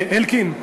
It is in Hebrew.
אלקין,